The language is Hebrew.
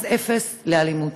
אז אפס סובלנות לאלימות.